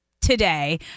today